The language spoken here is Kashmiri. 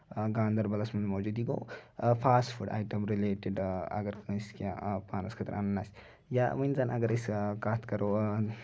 گاندربَلَس منٛز موٗجوٗد یہِ گوٚو فاسٹ فوٚڈ ایٹم رِلیٹِڑ اَگر أسۍ کیٚنٛہہ پانَس خٲطرٕ انُن آسہِ یا وۄنۍ زَن اَگر أسۍ کَتھ کَرو